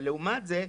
אבל לעומת זאת,